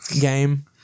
game